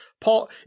Paul